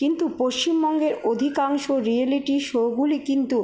কিন্তু পশ্চিমবঙ্গের অধিকাংশ রিয়েলিটি শোগুলি কিন্তু